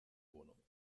wohnung